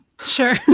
Sure